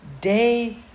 day